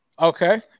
Okay